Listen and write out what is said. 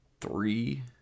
three